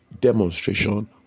demonstration